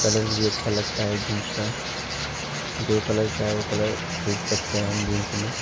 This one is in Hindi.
कलर भी अच्छा लगता है जींस का जो कलर चाहे वो कलर खरीद सकते हैं हम जींस में